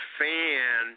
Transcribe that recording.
fan